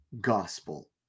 gospel